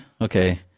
okay